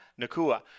Nakua